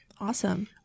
awesome